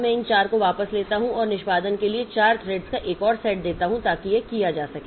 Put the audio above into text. मैं इन 4 को वापस लेता हूं और निष्पादन के लिए 4 थ्रेड्स का एक और सेट देता हूं ताकि यह किया जा सके